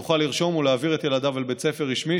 הוא יוכל לרשום ולהעביר את ילדיו לבית ספר רשמי,